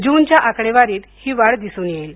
जूनच्या आकडेवारीत ही वाढ दिसून येईल